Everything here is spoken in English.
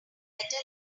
better